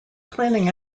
planning